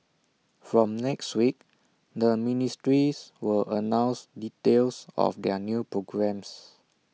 from next week the ministries will announce details of their new programmes